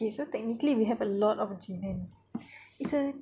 okay so technically we have a lot of jin kan it's a